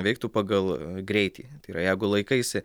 veiktų pagal greitį tai yra jeigu laikaisi